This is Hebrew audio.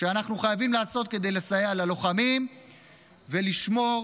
שאנחנו חייבים לעשות כדי לסייע ללוחמים וכדי לשמור